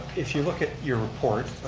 if you look at your report.